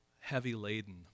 heavy-laden